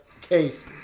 case